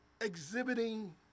exhibiting